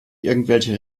irgendwelche